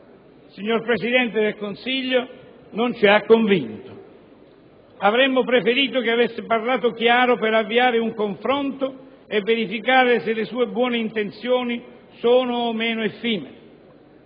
Signor Presidente del Consiglio, non ci ha convinti. Avremmo preferito che avesse parlato chiaro per avviare un confronto e verificare se le sue buone intenzioni sono o meno effimere.